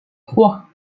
trois